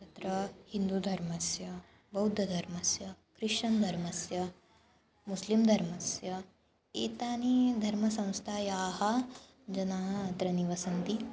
अत्र हिन्दूधर्मस्य बौद्धधर्मस्य क्रिशन् धर्मस्य मुस्लिम् धर्मस्य एतानि धर्मसंस्थायाः जनाः अत्र निवसन्ति